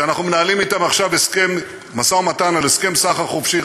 שאנחנו מנהלים אתם עכשיו משא-ומתן על הסכם סחר חופשי.